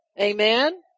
Amen